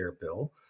bill